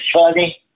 funny